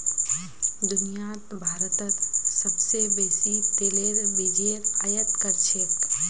दुनियात भारतत सोबसे बेसी तेलेर बीजेर आयत कर छेक